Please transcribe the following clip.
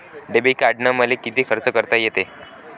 Debit कार्डानं मले किती खर्च करता येते?